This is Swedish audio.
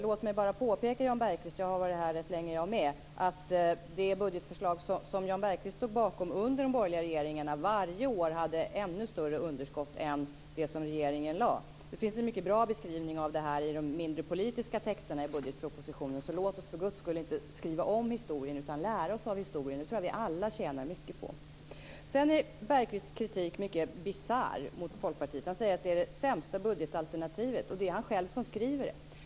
Låt mig bara påpeka - jag har också varit här rätt länge - att det budgetförslag som Jan Bergqvist stod bakom under de borgerliga regeringarnas tid varje år hade ännu större underskott än det som regeringen lade. Det finns en mycket bra beskrivning av det här i de mindre politiska texterna i budgetpropositionen. Låt oss för Guds skull inte skriva om historien utan lära oss av historien. Jag tror att vi alla tjänar mycket på det. Bergqvists kritik mot Folkpartiet är mycket bisarr. Han säger att Folkpartiets budgetalternativ är det sämsta. Det är han själv som skriver det.